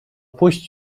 puść